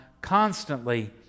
constantly